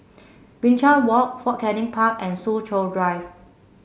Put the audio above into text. Binchang Walk Fort Canning Park and Soo Chow Drive